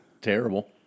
terrible